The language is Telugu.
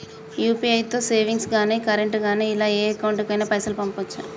యూ.పీ.ఐ తో సేవింగ్స్ గాని కరెంట్ గాని ఇలా ఏ అకౌంట్ కైనా పైసల్ పంపొచ్చా?